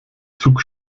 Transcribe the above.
zug